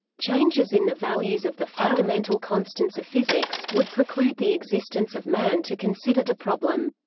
changes in the values of the fundamental constants of physics would preclude the existence of man to consider the problem.